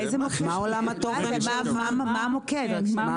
מה המוקד?